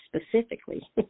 specifically